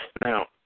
Now